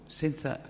senza